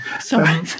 sorry